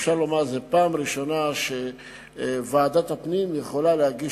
אפשר לומר שזו הפעם הראשונה שוועדת הפנים יכולה להגיש